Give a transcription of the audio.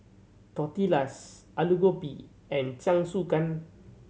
Tortillas Alu Gobi and Jingisukan